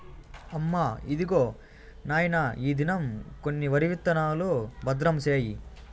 అమ్మా, ఇదిగో నాయన ఈ దినం కొన్న వరి విత్తనాలు, భద్రం సేయి